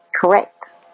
correct